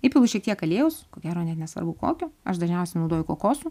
įpilu šiek tiek aliejaus ko gero net nesvarbu kokio aš dažniausiai naudoju kokosų